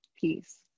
peace